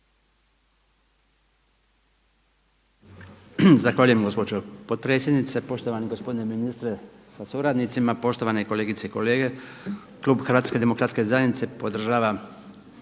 Zahvaljujem gospođo potpredsjednice, poštovani gospodine ministre sa suradnicima, poštovane kolegice i kolege. Klub Hrvatske demokratske zajednice podržava